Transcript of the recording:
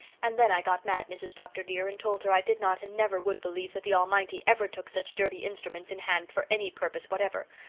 and then i got mad, mrs. dr. dear, and told her i did not and never would believe that the almighty ever took such dirty instruments in hand for any purpose whatever,